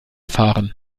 fahren